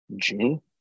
June